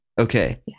Okay